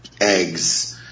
Eggs